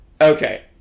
Okay